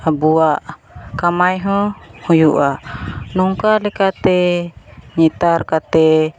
ᱟᱵᱚᱣᱟᱜ ᱠᱟᱢᱟᱭᱦᱚᱸ ᱦᱩᱭᱩᱜᱼᱟ ᱱᱚᱝᱠᱟ ᱞᱮᱠᱟᱛᱮ ᱱᱮᱛᱟᱨ ᱠᱟᱛᱮᱫ